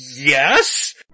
Yes